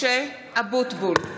(קוראת בשמות חברי הכנסת) משה אבוטבול,